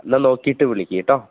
എന്നാല് നോക്കിയിട്ടു വിളിക്കൂ കെട്ടോ